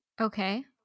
Okay